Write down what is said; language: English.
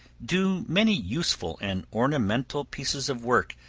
do many useful and ornamental pieces of work,